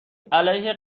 علیه